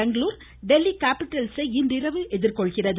பெங்களூரு தில்லி கேப்பிடல்ஸை இன்றிரவு எதிர்கொள்கிறது